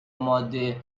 ماده